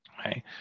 okay